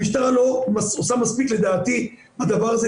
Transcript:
המשטרה לא עושה מספיק לדעתי בדבר הזה,